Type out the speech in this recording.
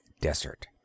desert